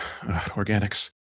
organics